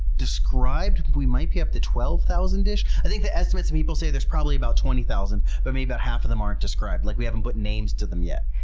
described, we might be up to twelve thousand ish. i think the estimates people say there's probably about twenty thousand, but maybe about half of them aren't described, like we haven't put names to them yet.